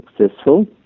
successful